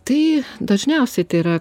tai dažniausiai tai yra